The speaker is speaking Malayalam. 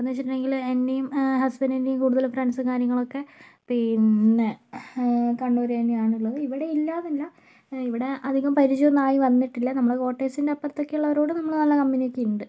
അപ്പോഴെന്ന് വെച്ചിട്ടുണ്ടെങ്കിൽ എൻ്റെയും ഹസ്ബൻഡിൻ്റെയും കൂടുതൽ ഫ്രണ്ട്സും കാര്യങ്ങളൊക്കെ പിന്നെ കണ്ണൂർ തന്നെയാണ് ഉള്ളത് ഇവിടെ ഇല്ലാതില്ല ഇവിടെ അധികം പരിചയം ഒന്നും ആയി വന്നിട്ടില്ല നമ്മളുടെ കോട്ടേഴ്സിൻ്റെ അപ്പുറത്തൊക്കെ ഉള്ളവരോട് നമ്മൾ നല്ല കമ്പനി ഒക്കെ ഉണ്ട്